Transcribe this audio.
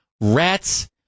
rats